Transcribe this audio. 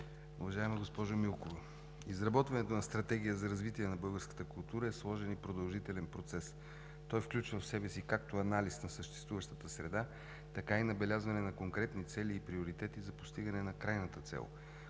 Уважаема госпожо Милкова, изработването на Стратегия за развитие на българската култура е сложен и продължителен процес. Той включва в себе си както анализ на съществуващата среда, така и набелязване на конкретни цели и приоритети за постигане на крайната цел,